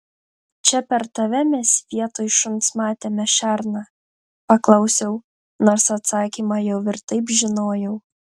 čia per tave mes vietoj šuns matėme šerną paklausiau nors atsakymą jau ir taip žinojau